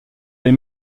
les